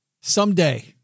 Someday